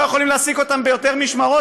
יכולים להעסיק את העובדים ביותר משמרות,